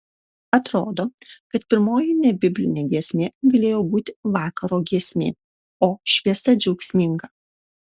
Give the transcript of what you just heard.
atrodo kad pirmoji nebiblinė giesmė galėjo būti vakaro giesmė o šviesa džiaugsminga